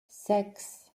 sechs